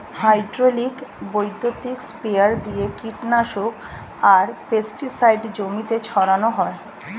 hydraulic বৈদ্যুতিক sprayer দিয়ে কীটনাশক আর পেস্টিসাইড জমিতে ছড়ান হয়